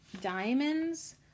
Diamonds